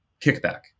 kickback